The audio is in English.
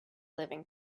living